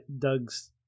Doug's